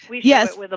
Yes